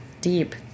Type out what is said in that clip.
Deep